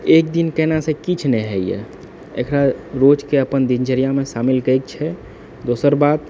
एकदिन केनेसँ किछु नहि होइय एकरा रोज के अपन दिनचर्यामे शामिल क के छै दोसर बात